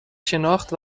شناخت